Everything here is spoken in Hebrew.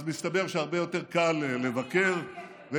אז מסתבר שהרבה יותר קל לבקר, קופירייטר.